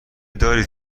دارید